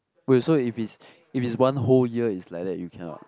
wait so if it's if it's one whole year is like that you cannot